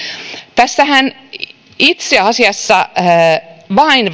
tässähän itse asiassa vain